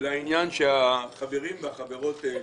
לעניין שהחברים והחברות העלו.